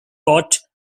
bought